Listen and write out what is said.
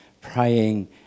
praying